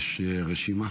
יש רשימה?